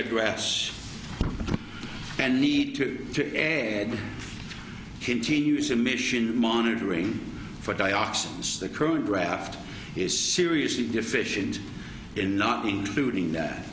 address and need to edit continuous emission monitoring for dioxin the current draft is seriously deficient in not including that